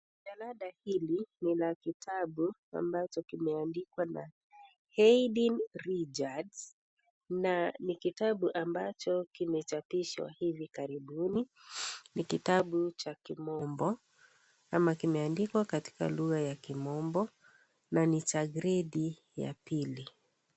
Mjalada hili ni la kitabu ambacho kimeandikwa na Eiden Richards na ni kitabu ambacho kimechapishwa hivi karibuni. Ni kitabu cha kimombo ama kimeandikwa katika lugha ya kimombo na ni cha gredi ya pili.